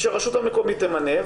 שהרשות המקומית תמנה,